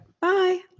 Bye